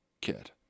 kid